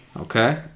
okay